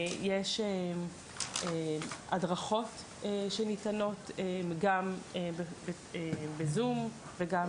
יש הדרכות שניתנות, גם ב- Zoom וגם